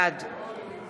בעד